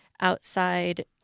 outside